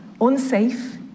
unsafe